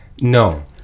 no